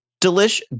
Delish